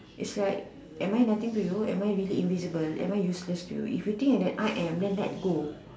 is like am I nothing to you am I really invisible am I useless to you if you think like that I am then let go